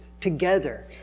together